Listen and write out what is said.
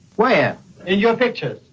where in your picture.